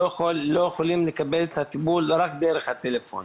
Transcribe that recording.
לא יכולים לקבל את הטיפול, רק דרך הטלפון.